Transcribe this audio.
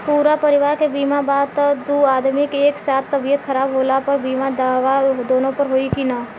पूरा परिवार के बीमा बा त दु आदमी के एक साथ तबीयत खराब होला पर बीमा दावा दोनों पर होई की न?